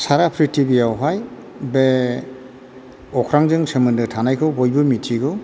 सारा प्रितिबियावहाय बे अख्रांजों सोमोन्दो थानायखौ बयबो मिन्थिगौ